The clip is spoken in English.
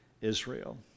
Israel